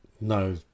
no